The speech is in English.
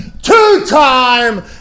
two-time